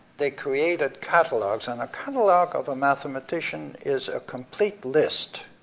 they created catalogs, and a catalog of a mathematician is a complete list,